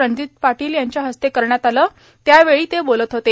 रणजित पाटील यांच्या हस्ते करण्यात आल यावेळी ते बोलत होते